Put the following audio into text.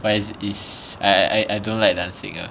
but is is I I I don't like dancing ah